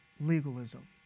legalism